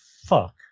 fuck